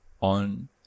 on